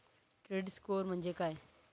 Credit score म्हणजे काय?